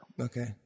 Okay